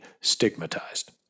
stigmatized